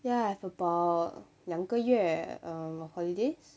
ya I've about 两个月 um holidays